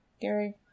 Gary